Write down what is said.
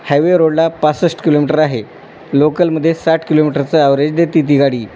highway रोडला पासष्ट kilometre आहे लोकलमध्ये साठ किलोमीटरचा ॲवरेज देते ती गाडी